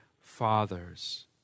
fathers